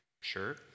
Sure